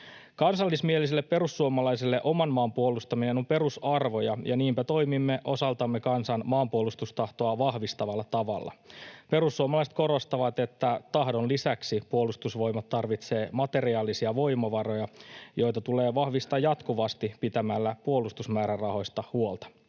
Kansallismielisille perussuomalaisille oman maan puolustaminen on perusarvoja, ja niinpä toimimme osaltamme kansan maanpuolustustahtoa vahvistavalla tavalla. Perussuomalaiset korostavat, että tahdon lisäksi Puolustusvoimat tarvitsee materiaalisia voimavaroja, joita tulee vahvistaa jatkuvasti pitämällä puolustusmäärärahoista huolta.